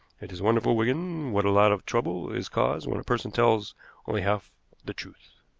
it is wonderful, wigan, what a lot of trouble is caused when a person tells only half the truth.